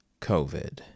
COVID